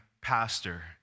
pastor